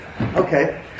okay